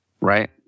Right